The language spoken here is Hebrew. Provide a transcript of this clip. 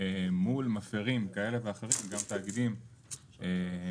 מול מפרים כאלה ואחרים גם תאגידים בהינתן